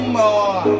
more